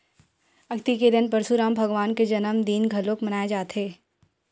अक्ती के दिन परसुराम भगवान के जनमदिन घलोक मनाए जाथे